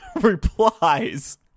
replies